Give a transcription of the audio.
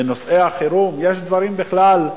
בנושאי החירום, יש דברים בכלל,